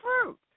fruit